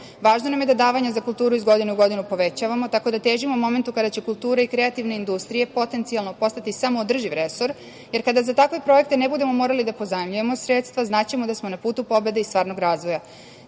nam je da davanja za kulturu iz godine u godinu povećavamo, tako da težimo momentu kada će kultura i kreativne industrije potencijalno postati samoodrživ resor, jer kada za takve projekte ne budemo morali da pozajmljujemo sredstva, znaćemo da smo na putu pobede i stvarnog razvoja. Sigurno